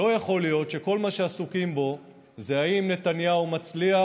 לא יכול להיות שכל מה שעסוקים בו זה האם נתניהו מצליח